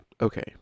Okay